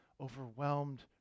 overwhelmed